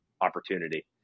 opportunity